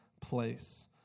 place